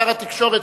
שר התקשורת,